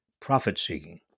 profit-seeking